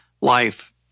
life